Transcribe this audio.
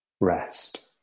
rest